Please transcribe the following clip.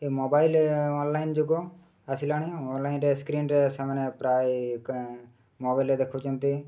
ଏ mobile online ଯୁଗ ଆସିଲାଣି ଅନଲାଇନ୍ରେ ସ୍କ୍ରିନ୍ରେ ସେମାନେ ପ୍ରାୟ ମୋବାଇଲ୍ରେ ଦେଖୁଛନ୍ତି